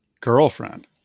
girlfriend